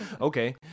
okay